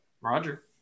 Roger